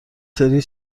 سری